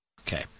Okay